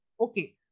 okay